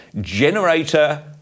generator